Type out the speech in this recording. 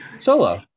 solo